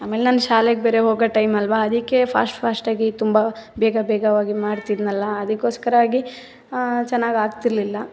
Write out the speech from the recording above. ಆಮೇಲೆ ನಾನು ಶಾಲೆಗ ಬೇರೆ ಹೋಗೋ ಟೈಮ್ ಅಲ್ವ ಅದಕ್ಕೆ ಫಾಸ್ಟ್ ಫಾಸ್ಟ್ ಆಗಿ ತುಂಬ ಬೇಗ ವೇಗವಾಗಿ ಮಾಡ್ತಿದ್ದೆನಲ್ಲ ಅದಕ್ಕೋಸ್ಕರವಾಗಿ ಚೆನ್ನಾಗಿ ಆಗ್ತಿರಲಿಲ್ಲ